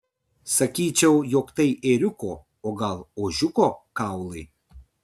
sakyčiau jog tai ėriuko o gal ožiuko kaulai